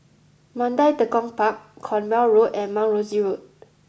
Mandai Tekong Park Cornwall Road and Mount Rosie Road